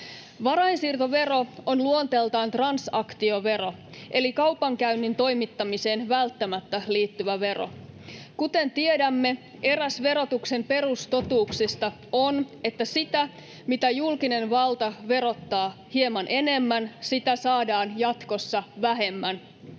Varainsiirtovero on luonteeltaan transaktiovero eli kaupankäynnin toimittamiseen välttämättä liittyvä vero. Kuten tiedämme, eräs verotuksen perustotuuksista on, että sitä, mitä julkinen valta verottaa hieman enemmän, saadaan jatkossa vähemmän.